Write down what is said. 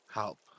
help